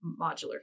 modular